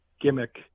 gimmick